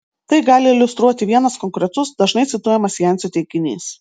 tai gali iliustruoti vienas konkretus dažnai cituojamas jancio teiginys